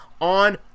on